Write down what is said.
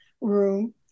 room